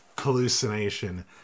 hallucination